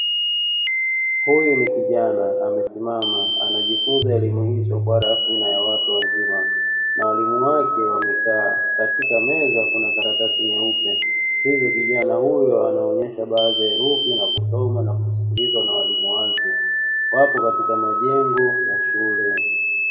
Huyu ni kijana amesimama anajifunza elimu hii isiyokuwa rasmi na ya watu wazima na walimu wake wamekaa. Katika meza kuna karatasi nyeupe hivyo kijana huyo anaonyesha baadhi ya herufi na kusoma na kusikilizwa na walimu wake wapo katika majengo ya shule.